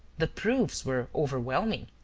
the proofs were overwhelming.